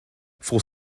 for